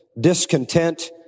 discontent